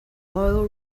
oil